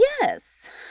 Yes